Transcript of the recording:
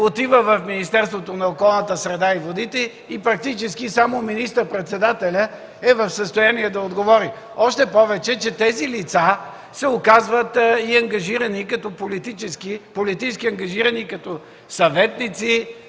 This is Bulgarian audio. отива в Министерството на околната среда и водите и практически само министър-председателят е в състояние да отговори. Още повече че тези лица се оказват политически ангажирани като съветници